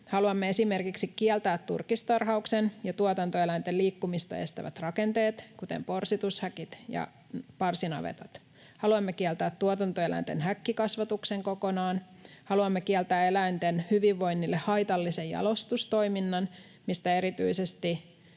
Haluamme esimerkiksi kieltää turkistarhauksen ja tuotantoeläinten liikkumista estävät rakenteet, kuten porsitushäkit ja parsinavetat. Haluamme kieltää tuotantoeläinten häkkikasvatuksen kokonaan. Haluamme kieltää eläinten hyvinvoinnille haitallisen jalostustoiminnan, mistä erityisesti